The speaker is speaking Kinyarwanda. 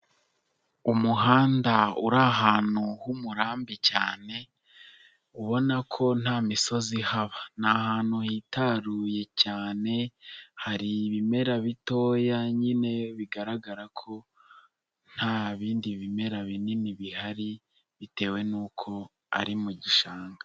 Umuhanda uri ahantu h'umurambi cyane ubona ko nta misozi ihaba, ni ahantu hitaruye cyane hari ibimera bitoya nyine bigaragara ko nta bindi bimera binini bihari bitewe n'uko ari mu gishanga.